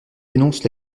dénonce